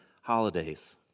holidays